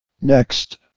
Next